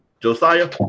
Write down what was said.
Josiah